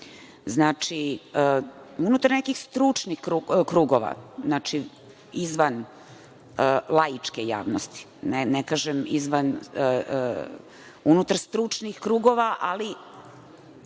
znači, unutar nekih stručnih krugova izvan laičke javnosti, ne kažem unutar unutarstručnih krugova, ali